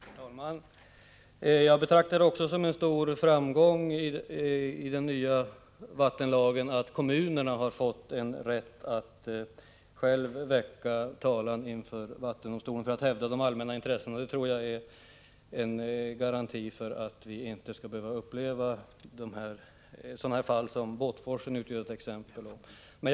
Herr talman! Jag betraktar det också som en stor framgång i den nya vattenlagen att kommunerna har fått rätt att själva väcka talan inför vattendomstolen för att hävda de allmänna intressena. Det tror jag är en garanti för att vi inte i fortsättningen skall behöva uppleva sådana fall som Båtforsen är ett exempel på.